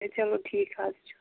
چلو ٹھیٖک حظ چھُ